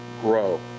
grow